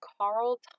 Carl